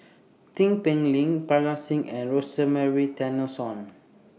Tin Pei Ling Parga Singh and Rosemary